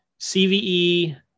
CVE